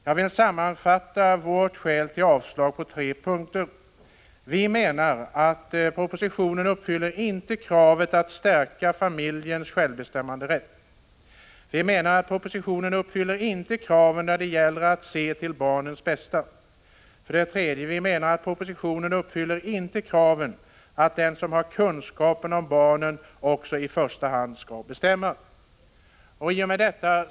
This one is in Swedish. Jag vill sammanfatta våra skäl till yrkande om avslag i tre punkter: Vi menar för det första att propositionen inte uppfyller kravet att familjens självbestämmanderätt skall stärkas. För det andra uppfyller inte propositionen kraven när det gäller att se till barnens bästa. För det tredje menar vi att propositionen inte uppfyller kraven på att den som har kunskapen om barnen i första hand är den som skall bestämma.